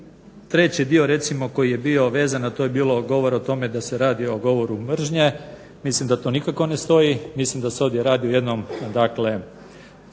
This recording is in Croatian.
da treći dio koji je bio vezan a to je bilo govora o tome da se radi o govoru mržnje mislim da to nikako ne stoji, mislim da se ovdje radi o jednom dakle